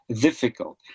difficult